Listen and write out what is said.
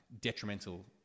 detrimental